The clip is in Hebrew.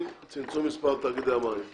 12) (צמצום מספר תאגידי המים והביוב),